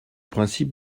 principe